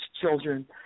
children